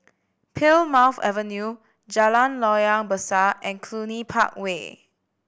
Plymouth Avenue Jalan Loyang Besar and Cluny Park Way